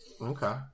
Okay